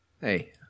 Hey